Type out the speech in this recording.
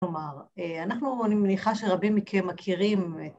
‫כלומר, אנחנו, אני מניחה ‫שרבים מכם מכירים...